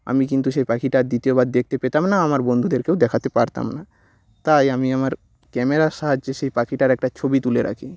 আমি কিন্তু সেই পাখিটা আর দ্বিতীয়বার দেখতে পেতাম না আমার বন্ধুদেরকেও দেখাতে পারতাম না তাই আমি আমার ক্যামেরার সাহায্যে সেই পাখিটার একটা ছবি তুলে রাখি